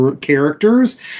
characters